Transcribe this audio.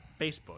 Facebook